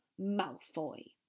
Malfoy